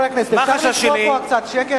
חברי חברי הכנסת, אפשר לשמור פה על קצת שקט?